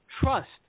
Trust